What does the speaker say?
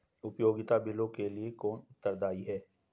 उपयोगिता बिलों के लिए कौन उत्तरदायी है?